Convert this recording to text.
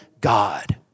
God